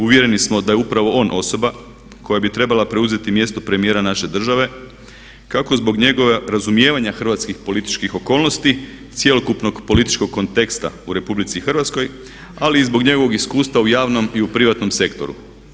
Uvjereni smo da je upravo on osoba koja bi trebala preuzeti mjesto premijera naše države kako zbog njegova razumijevanja hrvatskih političkih okolnosti, cjelokupnog političkog konteksta u RH ali i zbog njegovog iskustva u javnom i u privatnom sektoru.